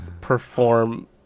perform